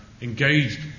engaged